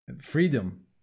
freedom